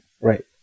right